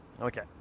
Okay